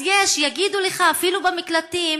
אז יש, יגידו לך, אפילו במקלטים,